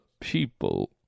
people